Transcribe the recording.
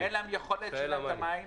אין להם יכולת לשלם את המים.